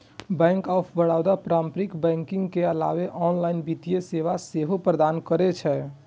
bank of Baroda पारंपरिक banking के अलावे ऑनलाइन वित्तीय सेवा सेहो प्रदान करै छै